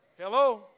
Hello